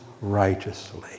righteously